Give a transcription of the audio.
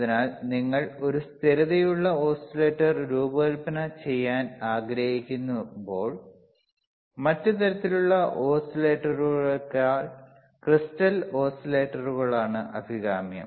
അതിനാൽ നിങ്ങൾ ഒരു സ്ഥിരതയുള്ള ഓസിലേറ്റർ രൂപകൽപ്പന ചെയ്യാൻ ആഗ്രഹിക്കുമ്പോൾ മറ്റ് തരത്തിലുള്ള ഓസിലേറ്ററുകളേക്കാൾ ക്രിസ്റ്റൽ ഓസിലേറ്ററുകളാണ് അഭികാമ്യം